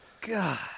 God